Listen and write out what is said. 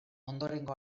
ondorengo